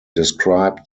described